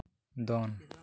ᱫᱚᱱ